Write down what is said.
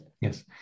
yes